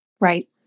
Right